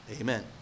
Amen